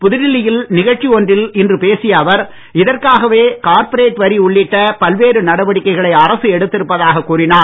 புதுடில்லி யில் நிகழ்ச்சி ஒன்றில் இன்று பேசிய அவர் இதற்காகவே கார்பொரேட் வரி உள்ளிட்ட பல்வேறு நடவடிக்கைகளை அரசு எடுத்திருப்பதாகக் கூறினார்